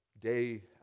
day